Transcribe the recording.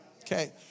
Okay